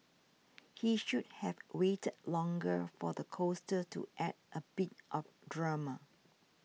he should have waited longer for the coaster to add a bit of drama